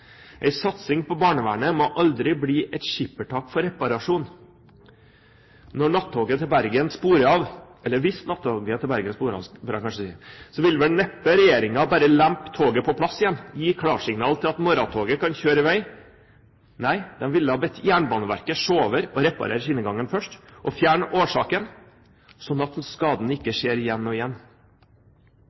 satsing på barnevernet må aldri bli et skippertak for reparasjon. Når nattoget til Bergen sporer av, eller hvis natttoget til Bergen sporer av, bør jeg vel kanskje si, vil vel regjeringen neppe bare lempe toget på plass igjen og gi klarsignal til at morgentoget kan kjøre i vei. Nei, de ville ha bedt Jernbaneverket se over og reparere skinnegangen først og fjerne årsaken slik at skaden ikke skjer igjen og igjen.